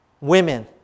women